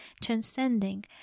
transcending